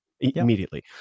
immediately